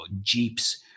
jeeps